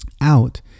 out